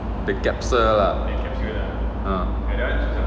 the capsule ah